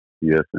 Yes